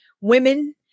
women